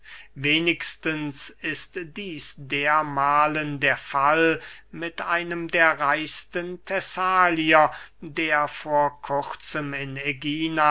wenigstens ist dieß dermahlen der fall mit einem der reichsten thessalier der vor kurzem in